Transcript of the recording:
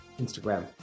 Instagram